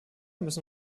müssen